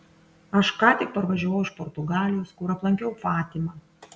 aš ką tik parvažiavau iš portugalijos kur aplankiau fatimą